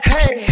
Hey